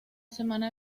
semana